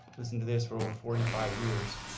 listen to this, for over forty five years.